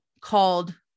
called